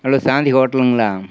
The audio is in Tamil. ஹலோ சாந்தி ஹோட்டலுங்களா